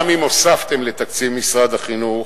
גם אם הוספתם לתקציב משרד החינוך,